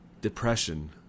Depression